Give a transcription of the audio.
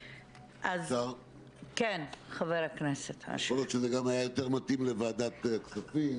יכול להיות שזה גם היה יותר מתאים לוועדת כספים.